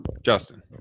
Justin